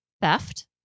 theft